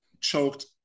choked